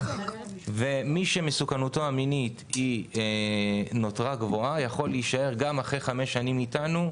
מי שמסוכנותו המינית נותרה גבוהה יכול להישאר גם אחרי חמש שנים איתנו,